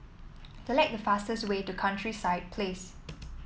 select the fastest way to Countryside Place